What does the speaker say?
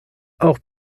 auch